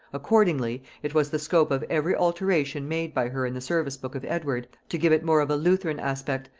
accordingly, it was the scope of every alteration made by her in the service-book of edward, to give it more of a lutheran aspect,